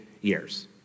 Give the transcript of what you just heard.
years